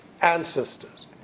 ancestors